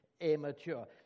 immature